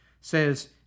says